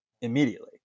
immediately